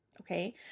okay